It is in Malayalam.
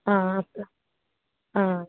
ആ ആ